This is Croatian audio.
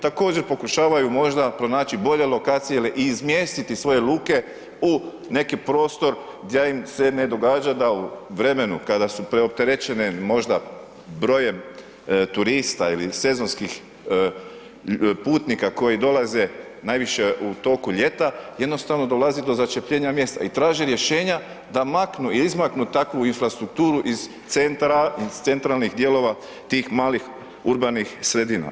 Također pokušavaju možda pronaći bolje lokacije ili izmjestiti svoje luke u neki prostor da im se ne događa da u vremenu kada su preopterećene možda brojem turista ili sezonskih putnika koji dolaze najviše u toku ljeta, jednostavno dolazi do začepljenja mjesta i traži rješenja da maknu i izmaknu takvu infrastrukturu iz centralnih dijelova tih malih urbanih sredina.